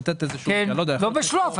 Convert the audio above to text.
לא בשלוף.